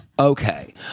okay